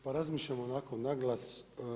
Pa razmišljam onako na glas.